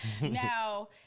now